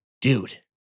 dude